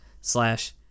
slash